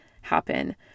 happen